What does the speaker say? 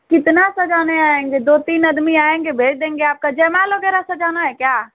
कितना सजाने आएंगे दो तीन आदमी आएंगे भेज देंगे आपका जयमाल वग़ेरह सजाना है क्या